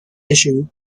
issue